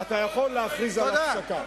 אתה יכול להכריז על הפסקה.